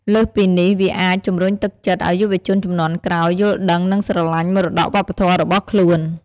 លើសពីនេះ វាអាច ជំរុញទឹកចិត្តឱ្យយុវជនជំនាន់ក្រោយ យល់ដឹង និងស្រឡាញ់មរតកវប្បធម៌របស់ខ្លួន។